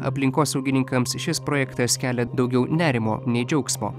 aplinkosaugininkams šis projektas kelia daugiau nerimo nei džiaugsmo